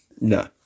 No